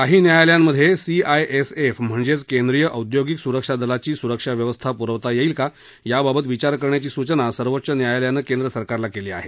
काही न्यायालयांमध्ये C I S F म्हणजेच केंद्रीय औद्योगिक सुरक्षा दलाची सुरक्षाव्यवस्था पुरवता येईल का याबाबत विचार करण्याची सूचना सर्वोच्च न्यायालयानं केंद्र सरकारला केली आहे